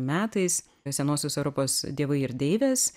metais senosios europos dievai ir deivės